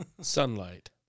Sunlight